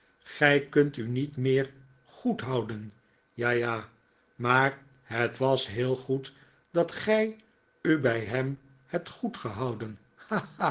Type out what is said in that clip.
gij kunt u niet meer goedhouden ja ja maar het was heel goed dat gij u bij hem hebt